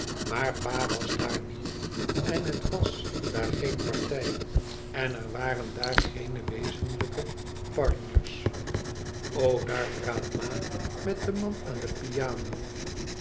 maar pa was daar niet en het was daar geen partij en er waren daar geene wezenlijke partners o daar praat ma met den man aan de piano